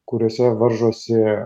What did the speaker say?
kuriuose varžosi